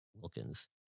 Wilkins